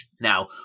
Now